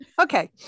Okay